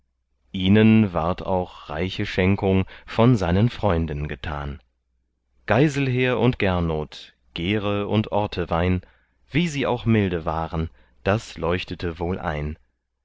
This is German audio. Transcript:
ihnen ward auch reiche schenkung von seinen freunden getan geiselher und gernot gere und ortewein wie sie auch milde waren das leuchtete wohl ein